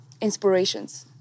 inspirations